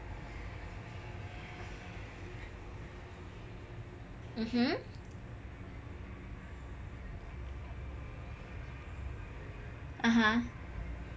mmhmm (uh huh)